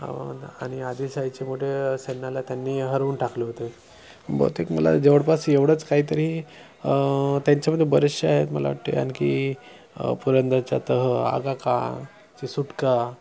आणि आदिलशाहीचे मोठे आसनाला त्यांनी हरवून टाकले होते बहुतेक मला जवळपास एवढंच काहीतरी त्यांच्यामध्ये बरेचसे आहेत मला वाटते आणखी पुरंदरचा तह आग्र्याची सुटका